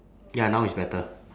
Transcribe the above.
ya now is better